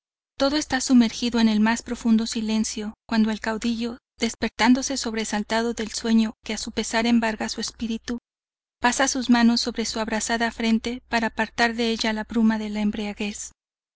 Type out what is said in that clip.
todo esta sumergido en el mas profundo silencio cuando el caudillo despertándose sobresaltado del sueño que a su pesar embarga su espíritu pasa sus manos sobre su abrasada frente para apartar de ella la bruma de la embriaguez